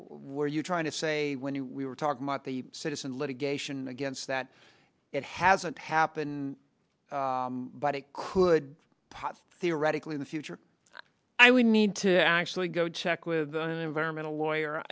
where you're trying to say when you were talking about the citizen litigation against that it hasn't happen but it could pot theoretically in the future i would need to actually go check with an environmental lawyer